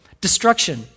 Destruction